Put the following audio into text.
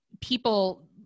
People